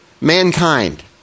Mankind